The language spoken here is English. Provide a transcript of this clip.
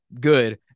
good